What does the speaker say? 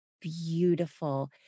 beautiful